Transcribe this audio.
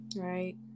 Right